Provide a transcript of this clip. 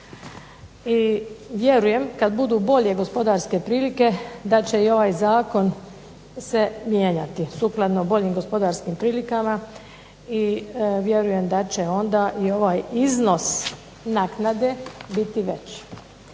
I vjerujem kad budu bolje gospodarske prilike da će i ovaj zakon se mijenjati, sukladno boljim gospodarskim prilikama, i vjerujem da će onda i ovaj iznos naknade biti veći.